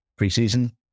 preseason